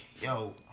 yo